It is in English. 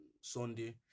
Sunday